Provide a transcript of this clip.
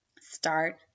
start